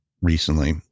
recently